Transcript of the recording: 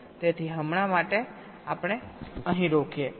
તેથી હમણાં માટે આપણે અહીં રોકીએ